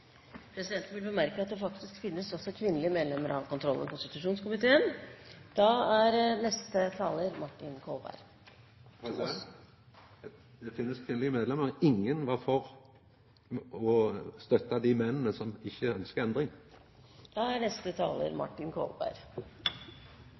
at det faktisk også finnes kvinnelige medlemmer av kontroll- og konstitusjonskomiteen. Det finst kvinnelege medlemer. Ingen var for å støtta dei mennene som ikkje ønskte endring. Det er